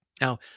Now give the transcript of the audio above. Now